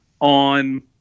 on